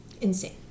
Insane